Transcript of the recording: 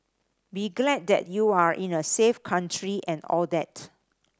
be glad that you are in a safe country and all that